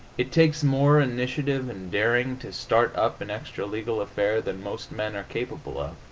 it takes more initiative and daring to start up an extra-legal affair than most men are capable of.